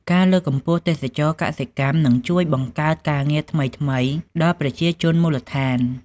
ការលើកកម្ពស់ទេសចរណ៍កសិកម្មនឹងជួយបង្កើតការងារថ្មីៗដល់ប្រជាជនមូលដ្ឋាន។